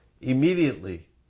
Immediately